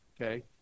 okay